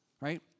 right